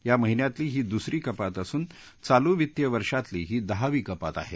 या महिन्यातली ही दुसरी कपात असून चालू वित्तीय वर्षातली ही दहावी कपात आहे